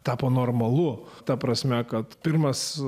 tapo normalu ta prasme kad pirmas